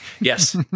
Yes